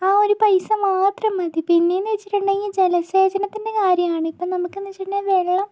ആ ഒരു പൈസ മാത്രം മതി പിന്നെയെന്ന് വച്ചിട്ടുണ്ടെങ്കിൽ ജലസേചനത്തിൻ്റെ കാര്യമാണ് ഇപ്പോൾ നമുക്കെന്ന് വച്ചിട്ടുണ്ടെങ്കിൽ വെള്ളം